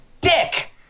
dick